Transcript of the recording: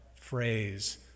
phrase